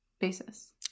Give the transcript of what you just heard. basis